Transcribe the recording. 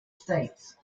states